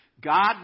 God